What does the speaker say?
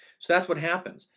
so that's what happens.